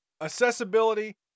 Accessibility